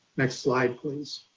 next slide please.